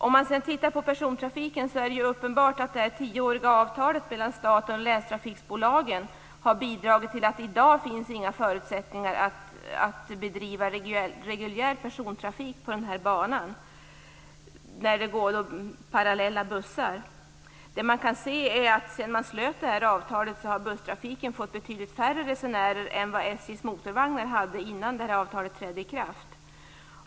Om man sedan tittar på persontrafiken finner man att det är uppenbart att det tioåriga avtalet mellan staten och länstrafikbolagen har bidragit till att det i dag inte finns några förutsättningar att bedriva reguljär persontrafik på den här banan eftersom det går bussar parallellt. Det man kan se är att sedan man slöt avtalet har busstrafiken fått betydligt färre resenärer än vad SJ:s motorvagnar hade innan avtalet trädde i kraft.